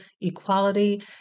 equality